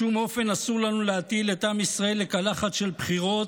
בשום אופן אסור לנו להטיל את עם ישראל לקלחת של בחירות,